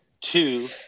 Two